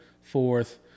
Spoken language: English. fourth